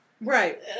Right